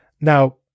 Now